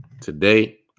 Today